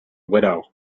widow